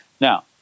Now